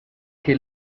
che